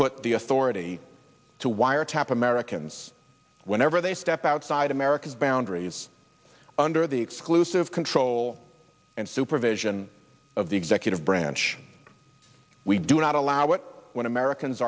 put the authority to wiretap americans whenever they step outside america's boundaries under the exclusive control and supervision of the executive branch we do not allow it when americans